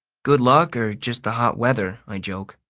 good luck or just the hot weather, i joke.